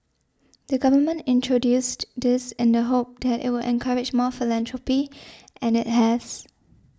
the Government introduced this in the hope that it would encourage more philanthropy and it has